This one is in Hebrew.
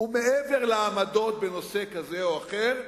ומעבר לעמדות בנושא כזה או אחר,